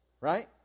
Right